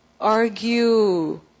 Argue